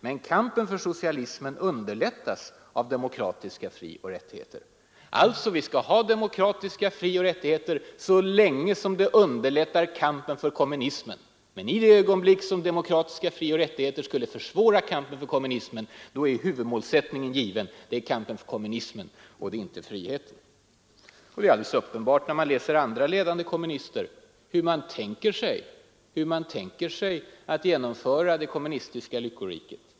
Men kampen för socialismen underlättas av demokratiska frioch rättigheter.” Vi skall alltså ha demokratiska frioch rättigheter så länge som de underlättar ”kampen för socialism”. Men i det ögonblick som demokra tiska frioch rättigheter skulle försvåra den kampen är huvudmålsättningen given. Den är att genomföra kommunismen och inte friheten. Det blir alldeles uppenbart när man läser andra ledande kommunister hur de tänker sig att genomföra det kommunistiska lyckoriket.